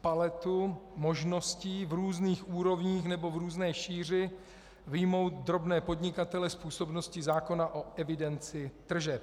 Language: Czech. paletu možností v různých úrovních nebo v různé šíři vyjmout drobné podnikatele z působnosti zákona o evidenci tržeb.